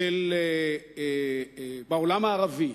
בעולם הערבי,